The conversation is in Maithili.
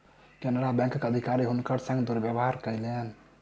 केनरा बैंकक अधिकारी हुनकर संग दुर्व्यवहार कयलकैन